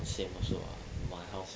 same also ah my house